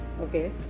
okay